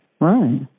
right